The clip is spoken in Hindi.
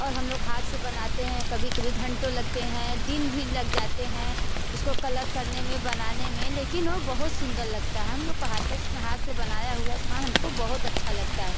और हम लोग हाथ से बनाते हैं कभी कभी घंटो लगते हैं दिन भी लग जाते हैं उसको कलर करने में बनाने में लेकिन ओ बहुत सुंदर लगता है हम लोग को हाथ से हाथ से बनाया हुआ सामान हमको बहुत अच्छा लगता है